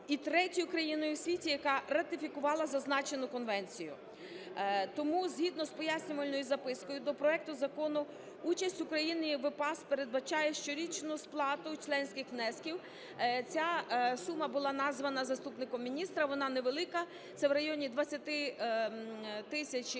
і третьою країною в світі, яка ратифікувала зазначену конвенцію. Тому згідно з пояснювальною запискою до проекту закону участь України в EPAS передбачає щорічну сплату членських внесків. Ця сума була названа заступником міністра, вона невелика – це в районі 20 тисяч євро,